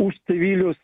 už civilius